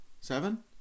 Seven